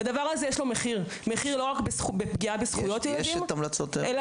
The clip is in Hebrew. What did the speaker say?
לדבר זה יש מחיר- -- יש את המלחצות מבקר המדינה.